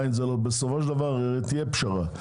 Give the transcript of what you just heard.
בסופו של דבר תהיה פשרה.